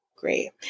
great